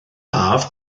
haf